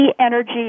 energy